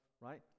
right